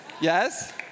Yes